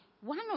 One